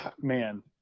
man